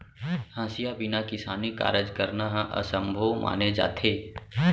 हँसिया बिना किसानी कारज करना ह असभ्यो माने जाथे